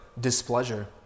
displeasure